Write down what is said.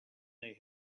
they